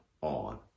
on